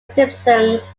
simpsons